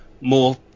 more